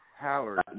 Howard